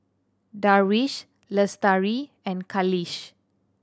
Darwish Lestari and Khalish